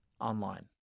online